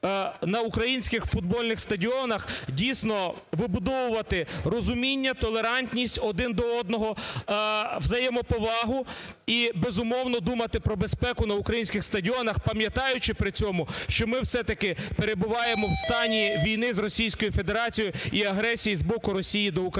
на українських футбольних стадіонах, дійсно, вибудовувати розуміння, толерантність один до одного, взаємоповагу. І, безумовно, думати про безпеку на українських стадіонах, пам'ятаючи при цьому, що ми все-таки перебуваємо в стані війни з Російською Федерацією і агресії з боку Росії до України.